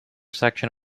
section